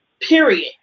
Period